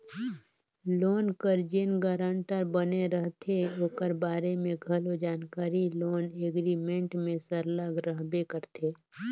loan कर जेन guarantor बने रहथे ओकर बारे में घलो जानकारी लोन एग्रीमेंट में सरलग रहबे करथे